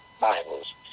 Bibles